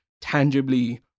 tangibly